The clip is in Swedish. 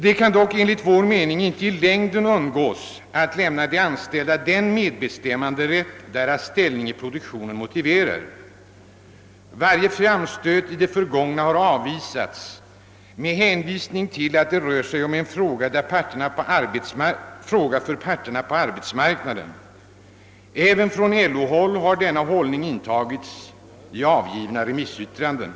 Man kan enligt vår mening i längden inte undgå att ge de anställda den medbestämmanderätt deras ställning i produktionen motiverar. Varje framstöt i det förgångna har avvisats med hänvisning till att detta är en fråga för parterna på arbetsmarknaden att komma överens om. Även på LO-håll har denna attityd intagits i avgivna remissyttranden.